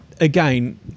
again